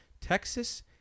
Texas